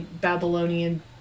Babylonian